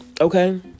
okay